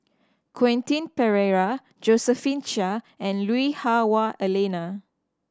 Quentin Pereira Josephine Chia and Lui Hah Wah Elena